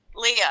Leah